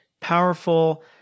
powerful